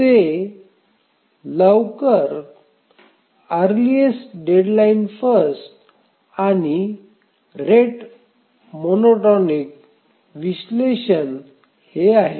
ते लवकरात earliest deadline first आणि रेट मोनोटॉनिक विश्लेषण हे आहेत